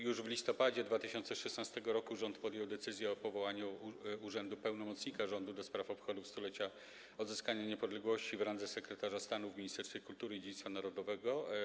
Już w listopadzie 2016 r. rząd podjął decyzję o powołaniu urzędu pełnomocnika rządu do spraw obchodów 100-lecia odzyskania niepodległości w randze sekretarza stanu w Ministerstwie Kultury i Dziedzictwa Narodowego.